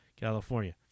California